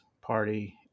party